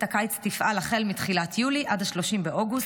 הקיץ תפעל החל מתחילת יולי עד 30 באוגוסט,